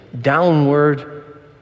downward